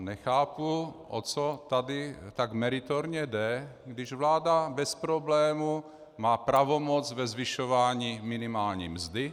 Nechápu, o co tady tak meritorně jde, když vláda bez problému má pravomoc ve zvyšování minimální mzdy.